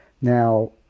Now